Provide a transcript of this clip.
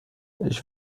ich